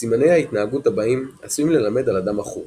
סימני ההתנהגות הבאים עשויים ללמד על אדם מכור